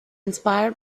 inspired